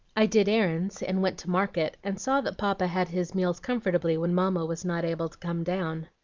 i did errands, and went to market, and saw that papa had his meals comfortably when mamma was not able to come down.